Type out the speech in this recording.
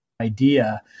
idea